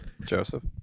Joseph